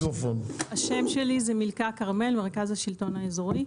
השם שלי זה מילכה כרמל, מרכז השלטון האזורי.